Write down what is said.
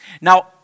Now